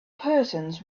persons